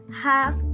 half